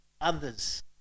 others